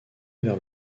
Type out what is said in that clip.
vers